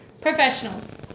Professionals